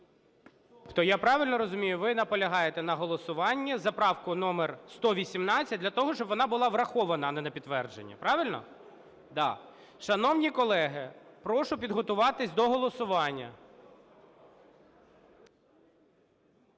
я правильно розумію, ви наполягаєте на голосуванні за правку номер 118, для того щоб вона була врахована, а не на підтвердження? Правильно? Да. Шановні колеги, прошу підготуватись до голосування.